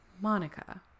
Monica